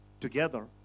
together